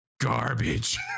garbage